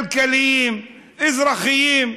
כלכליים, אזרחיים.